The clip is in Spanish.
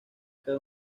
cae